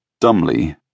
Dumbly